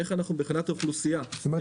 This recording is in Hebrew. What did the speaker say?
איך אנחנו מבחינת האוכלוסייה --- זאת אומרת,